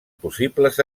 possibles